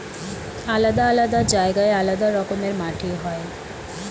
আলাদা আলাদা জায়গায় আলাদা রকমের মাটি হয়